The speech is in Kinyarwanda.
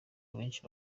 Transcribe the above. abenshi